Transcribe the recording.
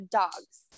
dogs